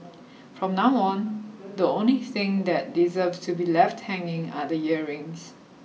from now on the only thing that deserves to be left hanging are the earrings